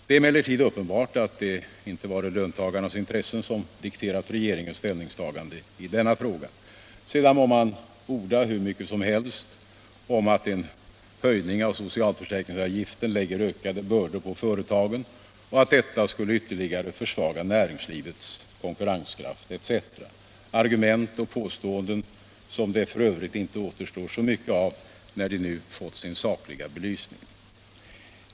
Det är emellertid uppenbart att det inte varit löntagarnas intressen som dikterat regeringens ställningstagande i denna fråga. Sedan må man orda hur mycket som helst om att en höjning av socialförsäkringsavgiften lägger ökade bördor på företagen och att detta skulle ytterligare försvaga näringslivets konkurrenskraft etc. — argument och påståenden som det f. ö. inte återstår så mycket av när de nu fått sin sakliga belysning.